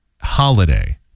holiday